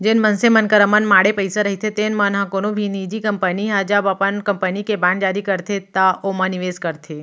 जेन मनसे मन करा मनमाड़े पइसा रहिथे तेन मन ह कोनो भी निजी कंपनी ह जब अपन कंपनी के बांड जारी करथे त ओमा निवेस करथे